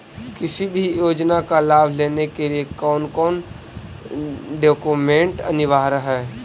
किसी भी योजना का लाभ लेने के लिए कोन कोन डॉक्यूमेंट अनिवार्य है?